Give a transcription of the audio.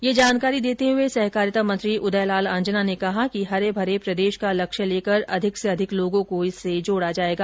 यह जानकारी देते हुए सहकारिता मंत्री उदयलाल आंजना ने कहा हरे भरे प्रदेश का लक्ष्य लेकर अधिक से अधिक लोगों को इससे जोडा जायेगा